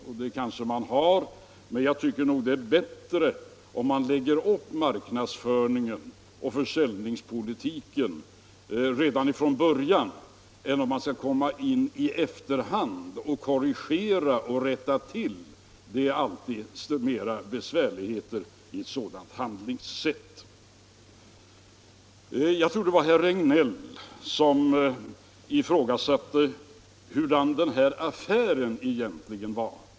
Detta är kanske riktigt, men jag tycker det är bättre om man lägger upp marknadsföringen och försäljningspolitiken på rätt sätt redan från början än om man i efterhand skall gå in och korrigera. Det är alltid mera besvärligheter med ett sådant handlingssätt. Jag tror det var herr Regnéll som ifrågasatte hurdan den här affären egentligen var.